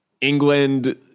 England